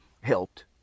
helped